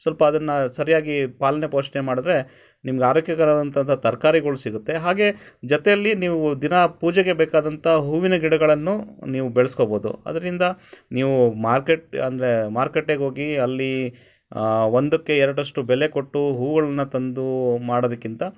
ಸ್ವಲ್ಪ ಅದನ್ನು ಸರಿಯಾಗಿ ಪಾಲನೆ ಪೋಷಣೆ ಮಾಡಿದ್ರೆ ನಿಮ್ಗೆ ಆರೋಗ್ಯಕರವಾದಂಥ ತರ್ಕಾರಿಗಳು ಸಿಗುತ್ತೆ ಹಾಗೇ ಜೊತೆಯಲ್ಲಿ ನೀವು ದಿನಾ ಪೂಜೆಗೆ ಬೇಕಾದಂಥ ಹೂವಿನ ಗಿಡಗಳನ್ನೂ ನೀವು ಬೆಳೆಸ್ಕೋಬೋದು ಅದರಿಂದ ನೀವು ಮಾರ್ಕೆಟ್ ಅಂದರೆ ಮಾರುಕಟ್ಟೆಗೆ ಹೋಗಿ ಅಲ್ಲಿ ಒಂದಕ್ಕೆ ಎರಡರಷ್ಟು ಬೆಲೆ ಕೊಟ್ಟು ಹೂವುಗಳ್ನ ತಂದು ಮಾಡೋದಕ್ಕಿಂತ